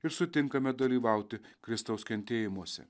ir sutinkame dalyvauti kristaus kentėjimuose